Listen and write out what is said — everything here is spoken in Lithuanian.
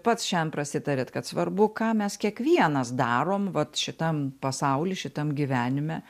pats šian prasitarėt kad svarbu ką mes kiekvienas darom vat šitam pasauly šitam gyvenime